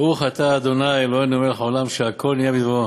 ברוך אתה ה' אלוהינו מלך העולם שהכול נהיה בדברו.